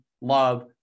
love